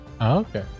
Okay